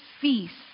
feast